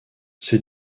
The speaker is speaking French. ces